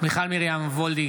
מיכל מרים וולדיגר,